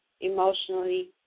emotionally